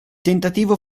tentativo